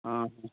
ହଁ ହଁ